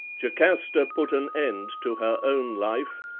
jocasta put an end to her own life,